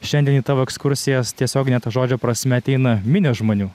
šiandien į tavo ekskursijas tiesiogine to žodžio prasme ateina minios žmonių